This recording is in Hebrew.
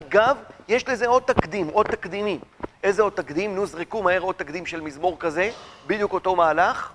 אגב, יש לזה עוד תקדים, עוד תקדימים. איזה עוד תקדים? נו זרקו מהר עוד תקדים של מזמור כזה, בדיוק אותו מהלך?